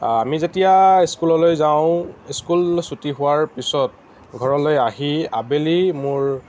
আমি যেতিয়া স্কুললৈ যাওঁ স্কুল ছুটী হোৱাৰ পিছত ঘৰলৈ আহি আবেলি মোৰ